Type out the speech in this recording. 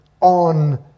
on